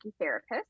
Therapist